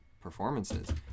performances